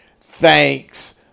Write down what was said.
thanks